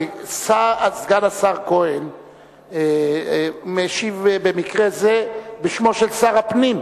סגן השר כהן משיב במקרה זה בשמו של שר הפנים.